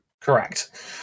correct